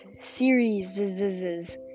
series